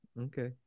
Okay